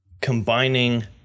combining